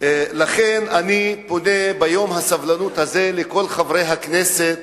לכן אני פונה ביום הסובלנות הזה לכל חברי הכנסת,